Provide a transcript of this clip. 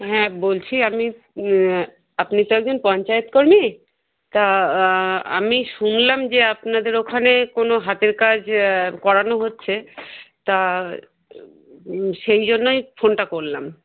হ্যাঁ বলছি আমি আপনি তো একজন পঞ্চায়েত কর্মী তা আমি শুনলাম যে আপনাদের ওখানে কোনও হাতের কাজ করানো হচ্ছে তা সেই জন্যই ফোনটা করলাম